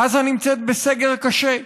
עזה נמצאת בסגר קשה.